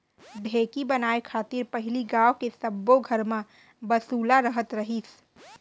ढेंकी बनाय खातिर पहिली गॉंव के सब्बो घर म बसुला रहत रहिस